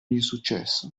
insuccesso